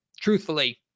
truthfully